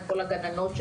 הסכם